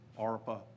ARPA